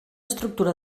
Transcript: estructura